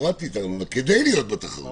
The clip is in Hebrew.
כדי להיות בתחרות,